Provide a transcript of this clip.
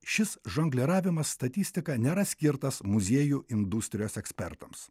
šis žongliravimas statistika nėra skirtas muziejų industrijos ekspertams